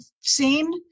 seen